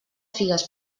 figues